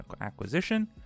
acquisition